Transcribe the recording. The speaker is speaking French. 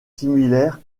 similaires